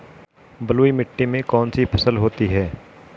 बलुई मिट्टी में कौन कौन सी फसल होती हैं?